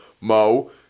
Mo